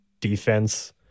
defense